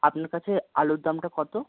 আপনার কাছে আলুর দামটা কতো